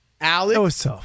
Alex